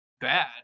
bad